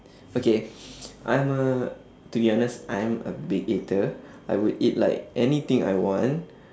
okay I'm a to be honest I am a big eater I would eat like anything I want